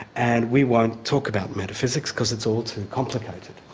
and we won't talk about metaphysics because it's all too complicated.